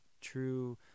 true